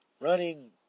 running